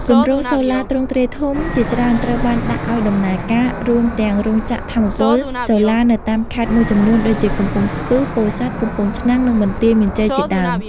គម្រោងសូឡាទ្រង់ទ្រាយធំជាច្រើនត្រូវបានដាក់ឱ្យដំណើរការ រួមទាំងរោងចក្រថាមពលសូឡានៅតាមខេត្តមួយចំនួនដូចជា កំពង់ស្ពឺ ពោធិ៍សាត់ កំពង់ឆ្នាំង និងបន្ទាយមានជ័យជាដើម។